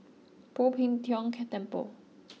Poh Tiong Kiong Temple